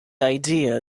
idea